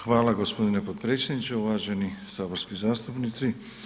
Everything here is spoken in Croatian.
Hvala g. potpredsjedniče, uvaženi saborski zastupnici.